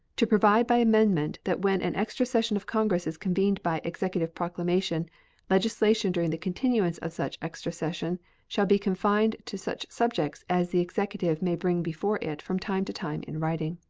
to provide by amendment that when an extra session of congress is convened by executive proclamation legislation during the continuance of such extra session shall be confined to such subjects as the executive may bring before it from time to time in writing.